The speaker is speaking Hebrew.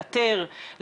לאתר,